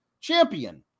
champion